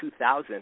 2000